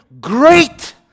great